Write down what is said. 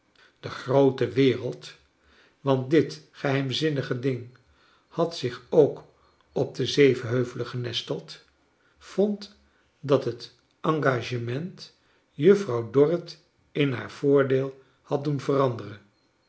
de groote wereld want dit geheimzinnige ding had zich ook op de zeven heuvelen genesteld voncf dat het engagement juffrouw dorrit in liaar voordeel had doen veranderen